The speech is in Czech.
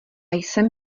jsem